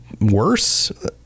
worse